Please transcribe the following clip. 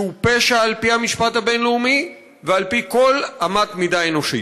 שהוא פשע על פי המשפט הבין-לאומי ועל פי כל אמת מידה אנושית.